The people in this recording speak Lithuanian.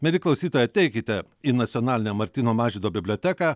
mieli klausytojai ateikite į nacionalinę martyno mažvydo biblioteką